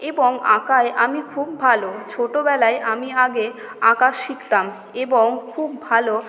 এবং আঁকায় আমি খুব ভালো ছোটোবেলায় আমি আগে আঁকা শিখতাম এবং খুব ভালো